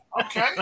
Okay